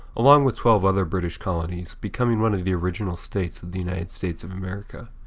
along with twelve other british colonies, becoming one of the original states of the united states of america.